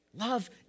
Love